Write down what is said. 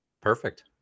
perfect